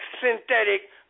synthetic